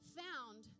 found